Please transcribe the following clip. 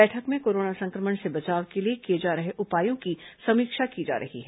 बैठक में कोरोना संक्रमण से बचाव के लिए किए जा रहे उपायों की समीक्षा की जा रही है